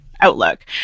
Outlook